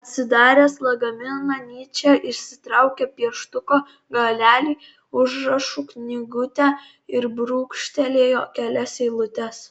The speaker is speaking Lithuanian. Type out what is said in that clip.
atsidaręs lagaminą nyčė išsitraukė pieštuko galelį užrašų knygutę ir brūkštelėjo kelias eilutes